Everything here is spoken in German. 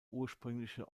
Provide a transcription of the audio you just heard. ursprüngliche